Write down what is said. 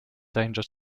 danger